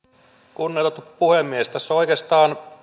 kunnioitettu puhemies tässä on oikeastaan